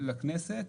לכנסת.